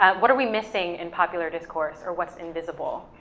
what are we missing in popular discourse, or what's invisible?